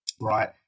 right